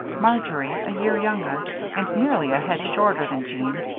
marjory, a year younger and nearly a head shorter than jean,